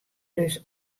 dus